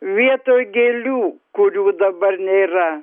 vietoj gėlių kurių dabar nėra